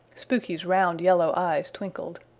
spooky's round yellow eyes twinkled.